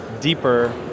deeper